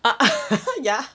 ah ya